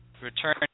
return